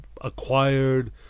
acquired